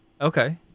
Okay